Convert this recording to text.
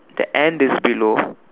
the and is below